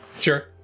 Sure